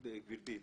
גברתי,